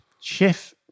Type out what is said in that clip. Chef